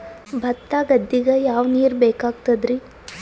ಭತ್ತ ಗದ್ದಿಗ ಯಾವ ನೀರ್ ಬೇಕಾಗತದರೀ?